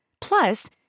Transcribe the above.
Plus